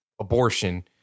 abortion